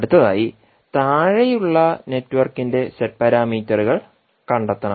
അടുത്തതായി താഴെയുള്ള നെറ്റ്വർക്കിന്റെ ഇസെഡ് പാരാമീറ്ററുകൾ കണ്ടെത്തണം